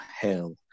hell